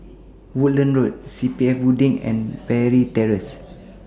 Woodlands Road C P F Building and Parry Terrace